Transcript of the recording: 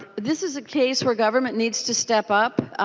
this is a case where government needs to step up.